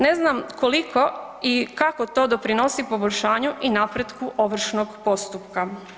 Ne znam koliko i kako to doprinosi poboljšanju i napretku ovršnog postupka?